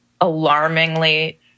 alarmingly